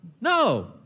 No